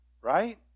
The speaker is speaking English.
Right